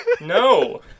No